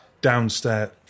downstairs